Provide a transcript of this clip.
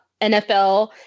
NFL